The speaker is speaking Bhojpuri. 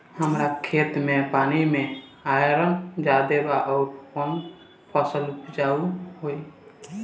हमरा खेत के माटी मे आयरन जादे बा आउर कौन फसल उपजाऊ होइ?